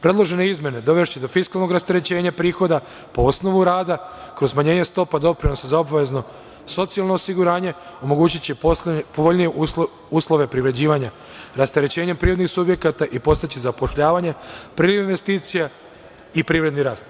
Predložene izmene dovešće do fiskalnog rasterećenja prihoda po osnovu rada, kroz smanjenja stopa doprinosa za obavezno socijalno osiguranje, omogućiće povoljnije uslove privređivanja rasterećenjem privrednih subjekata i postaćiće zapošljavanje, prvih investicija i privredni rast.